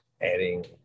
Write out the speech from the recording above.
adding